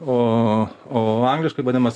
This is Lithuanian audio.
o o angliškai vadinamas